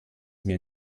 mir